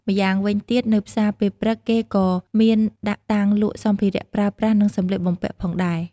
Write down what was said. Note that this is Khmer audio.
ម្យ៉ាងវិញទៀត នៅផ្សារពេលព្រឹក គេក៏មានដាក់តាំងលក់សម្ភារៈប្រើប្រាស់ និងសម្លៀកបំពាក់ផងដែរ។